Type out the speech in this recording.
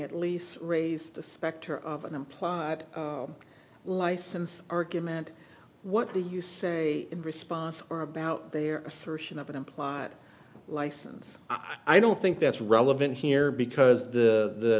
at least raised the specter of an implied license argument what do you say in response or about their assertion of an implied license i don't think that's relevant here because the